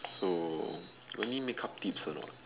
so only make-up tips or not